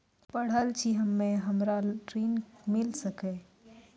पढल छी हम्मे हमरा ऋण मिल सकई?